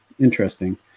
interesting